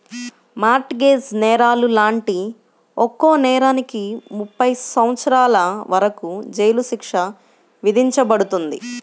mart gauge నేరాలు లాంటి ఒక్కో నేరానికి ముప్పై సంవత్సరాల వరకు జైలు శిక్ష విధించబడుతుంది